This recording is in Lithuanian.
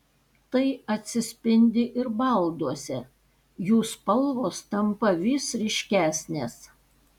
tai atsispindi ir balduose jų spalvos tampa vis ryškesnės